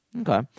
Okay